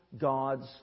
God's